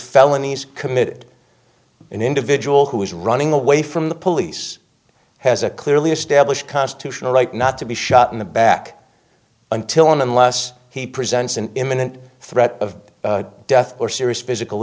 felonies committed an individual who is running away from the police has a clearly established constitutional right not to be shot in the back until and unless he presents an imminent threat of death or serious physical